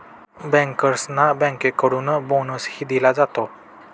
बँकर्सना बँकेकडून बोनसही दिला जातो